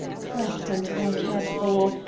cracked, and uncared-for,